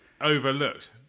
overlooked